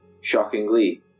Shockingly